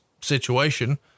situation